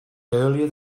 earlier